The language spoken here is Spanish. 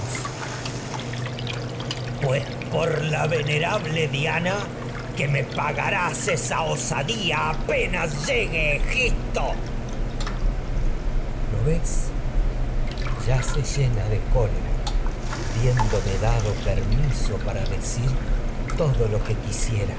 pues por la venerable diana que pagarás esa osadía apenas llegue egisto se electra dome tiene dado lo ves ya llena de cólera habién quisiera no permiso para decir todo lo que